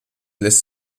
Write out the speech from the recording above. lässt